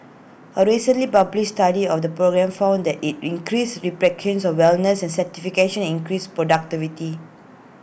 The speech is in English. A recently published study of the program found that IT increased of wellness and satisfaction increased productivity